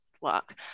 work